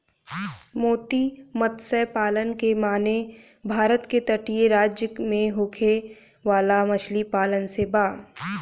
मोती मतस्य पालन के माने भारत के तटीय राज्य में होखे वाला मछली पालन से बा